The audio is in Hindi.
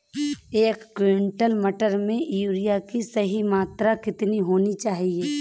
एक क्विंटल मटर में यूरिया की सही मात्रा कितनी होनी चाहिए?